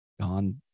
gone